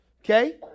okay